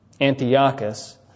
Antiochus